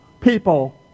people